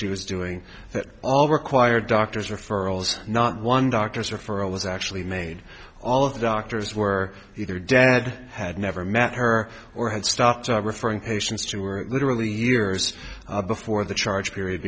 she was doing that all required doctors referrals not one doctor's or for it was actually made all of the doctors were either dead had never met her or had stopped referring patients to were literally years before the charge period